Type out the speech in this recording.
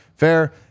Fair